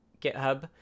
GitHub